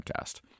Podcast